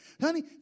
honey